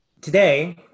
today